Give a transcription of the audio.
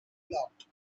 blocked